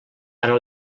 ara